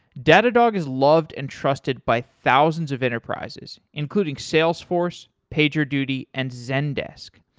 datadog is loved and trusted by thousands of enterprises including salesforce, pagerduty, and zendesk.